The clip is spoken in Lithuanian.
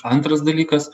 antras dalykas